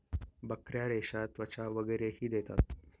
बकऱ्या रेशा, त्वचा वगैरेही देतात